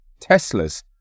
Teslas